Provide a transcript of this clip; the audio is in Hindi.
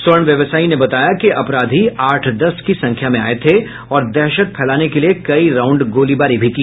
स्वर्ण व्यवसायी ने बताया कि अपराधी आठ दस की संख्या में आये थे और दहशत फैलाने के लिये कई राउंड गोलीबारी भी की